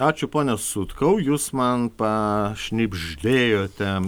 ačiū pone sutkau jūs man pašnibždėjote